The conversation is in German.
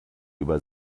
über